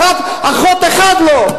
אחות אחת לא.